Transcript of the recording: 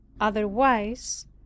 otherwise